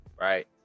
right